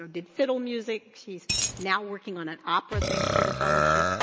um did fiddle music, she's now working on an opera thanks to the fellowship.